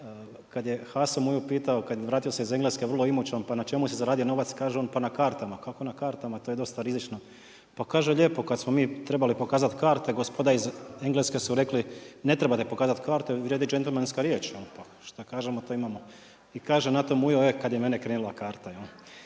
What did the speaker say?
kad je Haso Muju pitao kad je vratio se iz Engleske vrlo imućan, pa na čemu si zaradio novac, pa kaže on pa na kartama. Kako na kartama to je dosta rizično? Pa kaže lijepo kad smo mi trebali pokazat karte gospoda iz Engleske su rekli ne trebate pokazat karte, vrijedi džentlmenska riječ, pa šta kažemo to imamo. I kaže na to Mujo e kad je mene krenula karta.